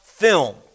Film